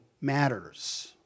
matters